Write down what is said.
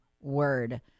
word